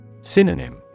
Synonym